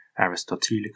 Aristotelica